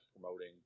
promoting